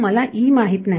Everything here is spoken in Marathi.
नाही कारण मला माहित नाही